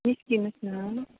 निस्किनुहोस् न